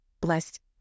blessed